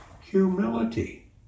humility